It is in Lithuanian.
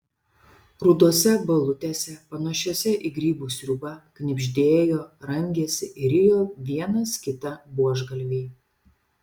rudose balutėse panašiose į grybų sriubą knibždėjo rangėsi ir rijo vienas kitą buožgalviai